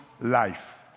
life